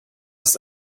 ist